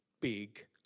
big